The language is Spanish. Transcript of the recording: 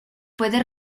puede